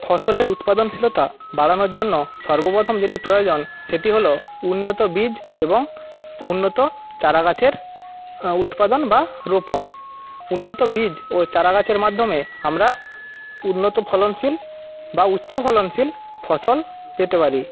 ফসলের উৎপাদনশীলতা বাড়ানোর জন্য সর্বপ্রথম যেটি প্রয়োজন সেটি হল উন্নত বীজ এবং উন্নত চারাগাছের উৎপাদন বা রোপন উন্নত বীজ ও চারাগাছের মাধ্যমে আমরা উন্নত ফলনশীল বা উচ্চ ফলনশীল ফসল পেতে পারি